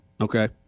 okay